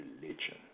religion